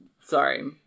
Sorry